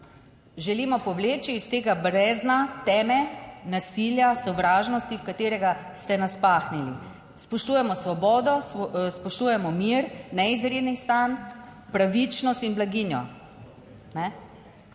želimo povleči iz tega brezna teme, nasilja, sovražnosti, v katerega ste nas pahnili. Spoštujemo svobodo, spoštujemo mir, izrednih stanj, pravičnost in blaginjo.